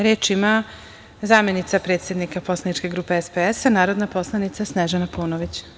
Reč ima zamenica predsednika poslaničke grupe SPS, narodna poslanica Snežana Paunović.